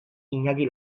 iñaki